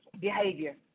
behavior